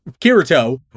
Kirito